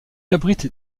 abrite